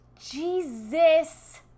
Jesus